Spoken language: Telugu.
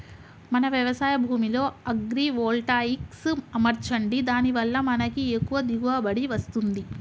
మన వ్యవసాయ భూమిలో అగ్రివోల్టాయిక్స్ అమర్చండి దాని వాళ్ళ మనకి ఎక్కువ దిగువబడి వస్తుంది